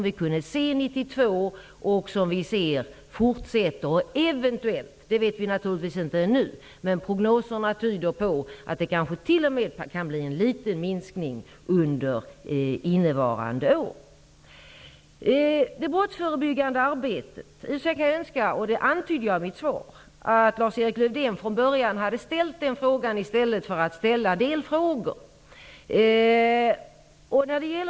Vi kunde se det 1992, och prognoserna tyder på att det t.o.m. kan bli en liten minskning under innevarande år. Jag önskar att Lars-Erik Lövdén hade ställt en fråga om det brottsförebyggande arbetet direkt, i stället för att nu ställa delfrågor.